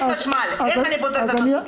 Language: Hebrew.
אין חשמל, איך אני פותרת את הסוגיה?